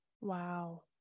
Wow